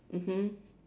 mmhmm